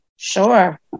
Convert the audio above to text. Sure